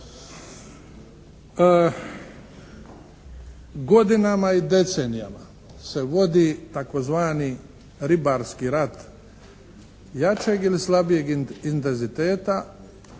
Godinama i decenijama se vodi tzv. ribarski rat jačeg ili slabijeg intenziteta